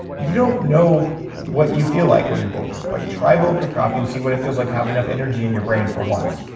you don't know what you feel like when you're bulletproof. like try bulletproof coffee and see what it feels like to have enough energy in your brain for once.